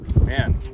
Man